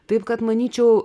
taip kad manyčiau